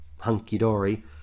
hunky-dory